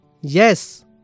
Yes